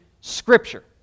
Scripture